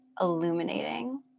Illuminating